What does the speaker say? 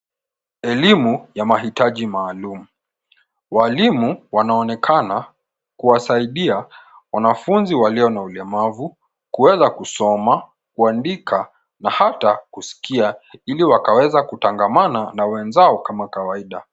Elimu ya mahitaji maalum. Walimu wanaonekana kuwasaidia wanafunzi walio na ulemavu kuweza kusoma, kuandika na hata kusikia ili wakaweze kutangamana na wenzao kama kawaida.